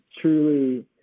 truly